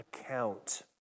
account